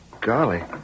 Golly